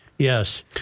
Yes